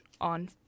on